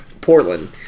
Portland